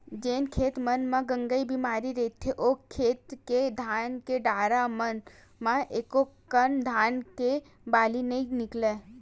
जेन खेत मन म गंगई बेमारी रहिथे ओ खेत के धान के डारा मन म एकोकनक धान के बाली नइ निकलय